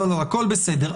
לא, הכול בסדר.